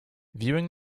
viewing